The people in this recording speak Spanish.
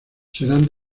serán